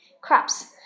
crops